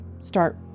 start